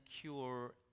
cure